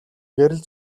гэрэл